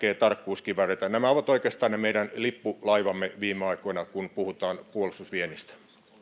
tarkkuuskivääreitä nämä ovat oikeastaan olleet ne meidän lippulaivamme viime aikoina kun puhutaan puolustusviennistä